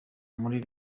muri